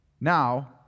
Now